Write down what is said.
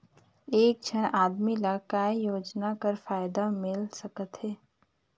एक झन आदमी ला काय योजना कर फायदा मिल सकथे?